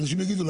ואנשים יגידו,